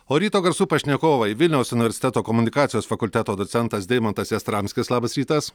o ryto garsų pašnekovai vilniaus universiteto komunikacijos fakulteto docentas deimantas jastramskis labas rytas